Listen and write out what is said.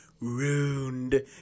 ruined